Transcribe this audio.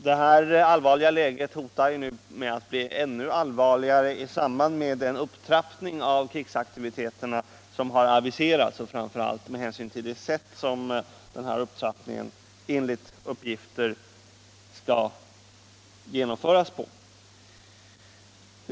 Detta allvarliga läge hotar nu att bli ännu allvarligare på grund av den upptrappning av krigsaktiviteterna som har aviserats och framför allt med hänsyn till det sätt på vilket denna upptrappning enligt uppgifter skall genomföras.